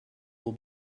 will